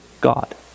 God